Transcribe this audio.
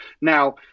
now